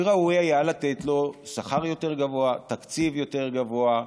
וראוי היה לתת לו שכר יותר גבוה, תקציב יותר גבוה,